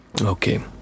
Okay